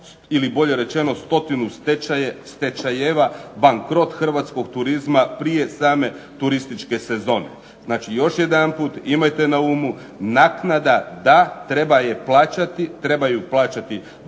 ili bolje rečeno stotinu stečajeva, bankrot hrvatskog turizma prije same turističke sezone. Znači, još jedanput imajte na umu, naknada da, treba je plaćati,